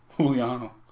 Juliano